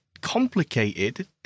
complicated